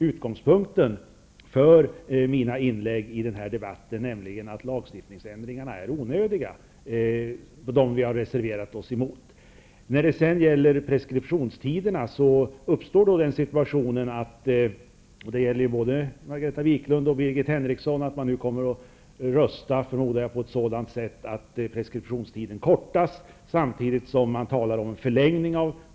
Utgångspunkten för mina inlägg i den här debatten har ju varit att de lagändringar som vi Socialdemokrater har reserverat oss mot är onödiga. I fråga om preskriptionstiderna uppstår då den situationen, förmodar jag, att både Margareta Viklund och Birgit Henriksson kommer att rösta på ett sådant sätt att preskriptionstiden förkortas, samtidigt som man talar om förlängning.